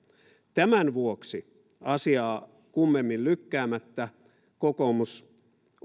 tämän vuoksi asiaa kummemmin lykkäämättä kokoomus